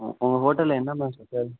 ம் உங்கள் ஹோட்டலில் என்ன மேம் ஸ்பெஷல்